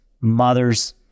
mother's